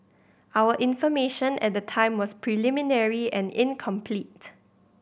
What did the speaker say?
our information at the time was preliminary and incomplete